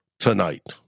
tonight